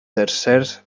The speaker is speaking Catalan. tercers